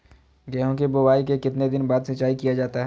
गेंहू की बोआई के कितने दिन बाद सिंचाई किया जाता है?